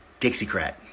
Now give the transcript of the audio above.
Dixiecrat